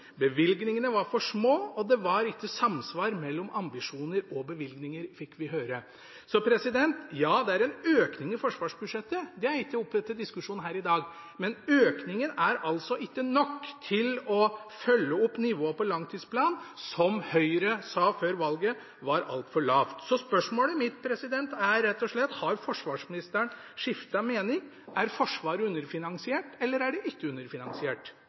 Bevilgningene var for små, og det var ikke samsvar mellom ambisjoner og bevilgninger, fikk vi høre. Ja, det er en økning i forsvarsbudsjettet. Det er ikke oppe til diskusjon her i dag, men økningen er ikke nok til å følge opp nivået på langtidsplanen, som Høyre sa – før valget – var altfor lavt. Spørsmålet mitt er rett og slett: Har forsvarsministeren skiftet mening? Er Forsvaret underfinansiert, eller er det ikke underfinansiert?